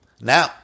Now